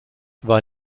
war